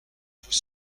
vous